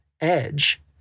edge